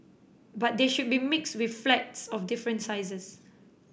but they should be mixed with flats of different sizes